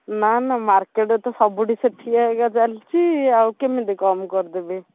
ନା ନା ମାର୍କେଟରେ ତ ସବୁଠି ସେତିକି ଆଜ୍ଞା ଚାଲିଛି ମୁଁ କେମିତି କମ କରିଦେବି